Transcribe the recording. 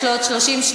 יש לו עוד 30 שניות,